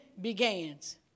begins